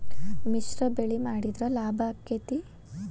ಮಿಶ್ರ ಬೆಳಿ ಮಾಡಿದ್ರ ಲಾಭ ಆಕ್ಕೆತಿ?